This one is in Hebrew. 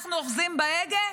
אנחנו אוחזים בהגה,